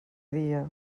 dia